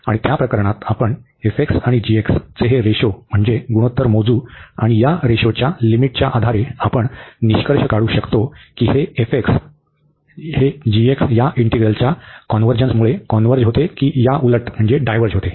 आणि त्या प्रकरणात आपण f आणि g चे हे रेशो म्हणजे गुणोत्तर मोजू आणि या रेशोच्या लिमिटच्या आधारे आपण निष्कर्ष काढू शकता की f हे g या इंटीग्रलच्या कॉन्व्हर्जन्समुळे कॉन्व्हर्ज होते की याउलट होते